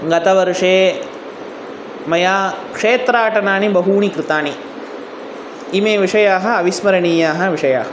गतवर्षे मया क्षेत्राटनानि बहूनि कृतानि इमे विषयाः अविस्मरणीयाः विषयाः